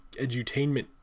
edutainment